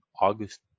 August